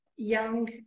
young